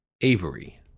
Avery